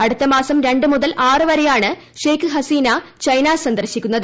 അടുത്ത മാസം രണ്ട് മുതൽ ആറ് വരെയാണ് ഷെയ്ഖ് ഹസീന ചൈന സന്ദർശിക്കുന്നത്